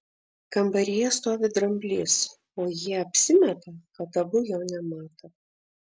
kambaryje stovi dramblys o jie apsimeta kad abu jo nemato